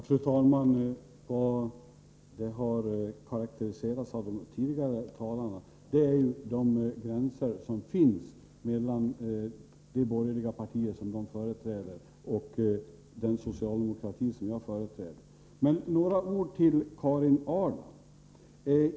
Fru talman! Vad som varit utmärkande för de tidigare talarna är de skillnader som finns mellan de borgerliga partier som de företräder och socialdemokratin, som jag företräder. Några ord till Karin Ahrland.